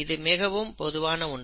இது மிகவும் பொதுவான ஒன்று